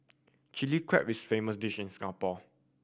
Chilli Crab is famous dish in Singapore